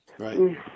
Right